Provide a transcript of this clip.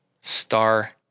star